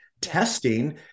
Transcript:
testing